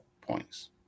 points